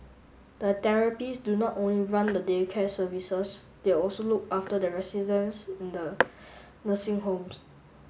the therapist do not only run the day care services they also look after the residents in the nursing homes